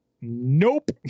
Nope